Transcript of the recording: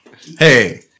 hey